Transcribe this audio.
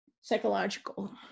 psychological